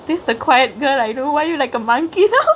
this is the quiet girl I know why you like a monkey now